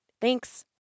Thanks